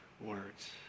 words